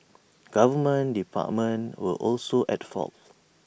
government departments were also at fault